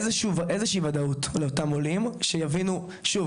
איזושהי וודאות לאותם עולים שיבינו שוב